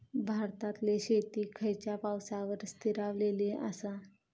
भारतातले शेती खयच्या पावसावर स्थिरावलेली आसा?